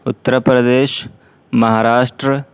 Uttar Pradesh Maharashtra